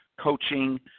coaching